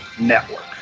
Network